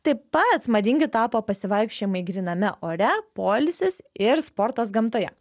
taip pat madingi tapo pasivaikščiojimai gryname ore poilsis ir sportas gamtoje